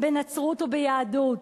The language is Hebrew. בנצרות או ביהדות.